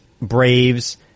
Braves